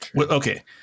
Okay